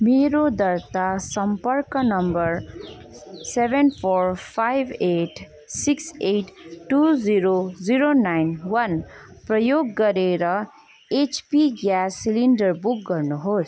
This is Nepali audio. मेरो दर्ता सम्पर्क number seven four five eight six eight two zero zero nine one प्रयोग गरेर एचपी ग्यास सिलिन्डर बुक गर्नुहोस्